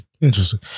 Interesting